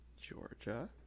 Georgia